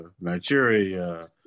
Nigeria